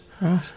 Right